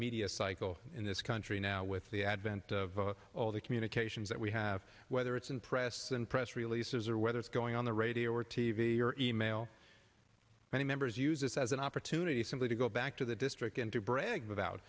media cycle in this country now with the advent of all the communications that we have whether it's in press and press releases or whether it's going on the radio or t v or e mail many members use this as an opportunity simply to go back to the district and to brag